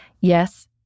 Yes